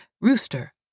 Rooster